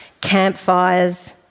campfires